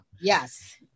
Yes